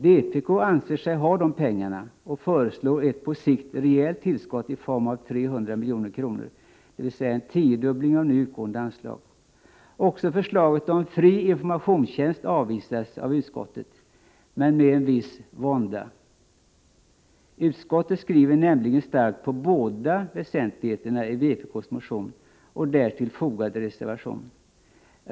Vpk anser sig ha de pengarna och föreslår ett på sikt rejält tillskott i form av 300 milj.kr., en tiodubbling av nu utgående anslag. Också förslaget om fri informationstjänst avvisas av utskottet, men med en viss vånda. Utskottet har nämligen starka skrivningar beträffande båda väsentligheterna i vpk:s motion och i anslutning därtill fogade reservation.